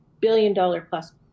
billion-dollar-plus